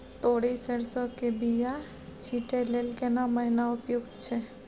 तोरी, सरसो के बीया छींटै लेल केना महीना उपयुक्त छै?